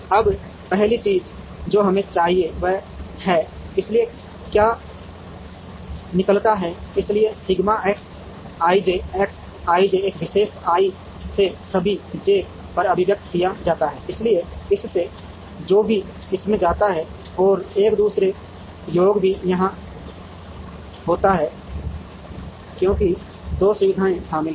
अब पहली चीज जो हमें चाहिए वह है इसलिए क्या निकलता है इसलिए sigma x i j x i j एक विशेष i से सभी जे पर अभिव्यक्त किया जाता है इसलिए इससे जो भी इसमें जाता है और एक दूसरा योग भी यहां होता है क्योंकि 2 सुविधाएं शामिल हैं